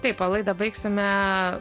taip o laidą baigsime